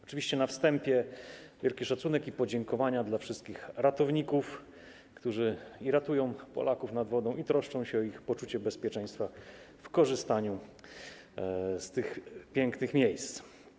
Oczywiście na wstępie wielki szacunek i podziękowania dla wszystkich ratowników, którzy i ratują Polaków nad wodą, i troszczą się o ich poczucie bezpieczeństwa w korzystaniu z tych pięknych miejsc.